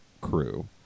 crew